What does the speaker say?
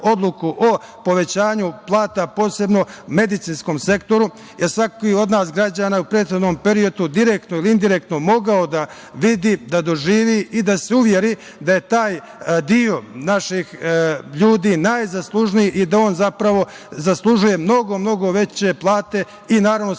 o povećanju plata, posebno medicinskom sektoru, jer je svaki od nas građana u prethodnom periodu direktno ili indirektno mogao da vidi, da doživi i da se uveri da je taj deo naših ljudi najzaslužniji i da on zapravo zaslužuje mnogo, mnogo veće plate i naravno